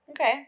Okay